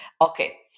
Okay